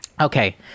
okay